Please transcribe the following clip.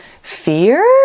fear